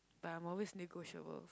but I'm always negotiable